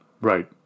right